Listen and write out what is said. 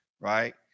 right